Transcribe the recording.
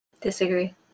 disagree